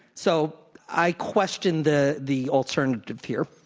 so i question the the alternative here.